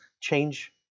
change